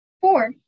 Four